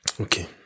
Okay